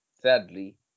sadly